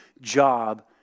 job